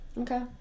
Okay